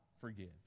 forgives